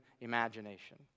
imagination